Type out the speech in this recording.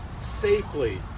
safely